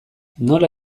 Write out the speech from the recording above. nola